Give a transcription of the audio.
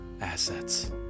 assets